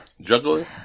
juggling